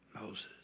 Moses